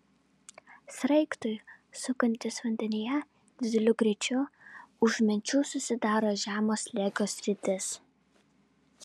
sraigtui sukantis vandenyje dideliu greičiu už menčių susidaro žemo slėgio sritys